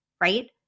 Right